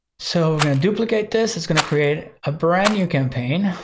so we're gonna duplicate this, it's gonna create a brand new campaign,